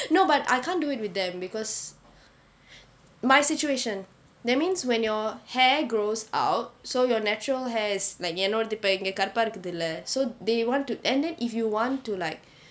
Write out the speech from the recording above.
no but I can't do it with them because my situation that means when your hair grows out so your natural hair is like என்னோடது இப்ப இங்க கருப்ப இருக்குது இல்லே:ennodathu ippa inga karuppa irukkuthu illae so they want to and then if you want to like